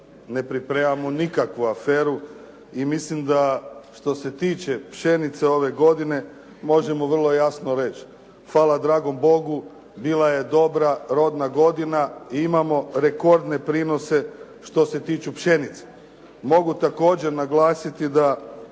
ne pripremamo nikakvu aferu i mislim da što se tiče pšenice ove godine možemo vrlo jasno reći hvala dragom Bogu bila je dobra, rodna godina i imamo rekordne prinose što se tiče pšenice. Mogu također naglasiti da